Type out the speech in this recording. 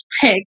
pick